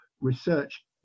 research